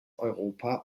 europa